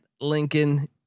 Lincoln